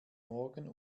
morgen